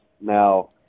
Now